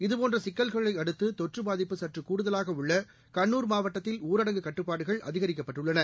இதுபோன்ற சிக்கல்களை அடுத்து தொற்று பாதிப்பு சற்று கூடுதலாக கண்ணுர் மாவட்டத்தில் ஊரடங்கு கட்டுப்பாடுகள் அதிகரிக்கப்பட்டுள்ளன